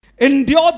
Endure